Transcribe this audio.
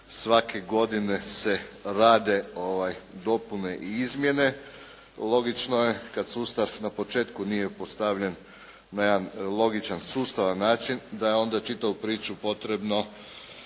svake godine se rade dopune i izmjene. Logično je kad sustav na početku nije postavljen na jedan logičan sustavan način, da je onda čitavu priču potrebno